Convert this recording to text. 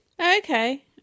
Okay